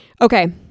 Okay